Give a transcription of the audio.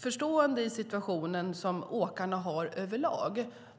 förstående för åkarnas situation över lag.